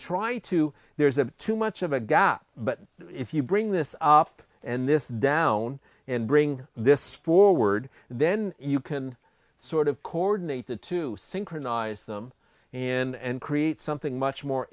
try to there's a too much of a gap but if you bring this up and this down and bring this forward then you can sort of cordon ate the two synchronized them and create something much more